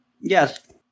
Yes